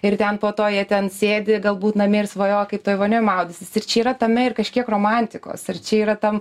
ir ten po to jie ten sėdi galbūt namie ir svajoja kaip toj vonioj maudysis ir čia yra tame ir kažkiek romantikos ir čia yra tam